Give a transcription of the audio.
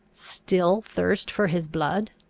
still thirsts for his blood?